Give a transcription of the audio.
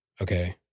Okay